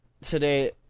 Today